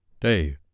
Dave